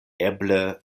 eble